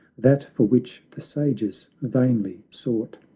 that for which the sages vainly sought.